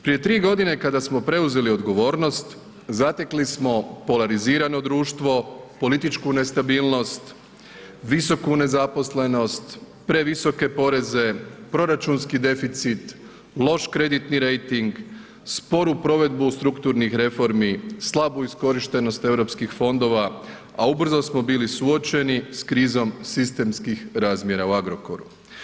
Prije 3 g. kada smo preuzeli odgovornost, zatekli smo polarizirano društvo, političku nestabilnost, visoku nezaposlenost, previsoke poreze, proračunski deficit, loš kreditni rejting, sporu provedbu strukturnih reformi, slabu iskorištenost europskih fondova a ubrzo smo bili suočeni s krizom sistemskih razmjera u Agrokoru.